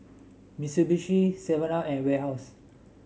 Mitsubishi Seven Up and Warehouse